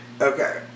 okay